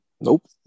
Nope